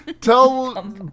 tell